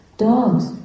Dogs